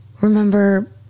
remember